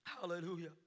Hallelujah